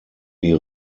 die